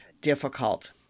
difficult